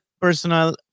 personal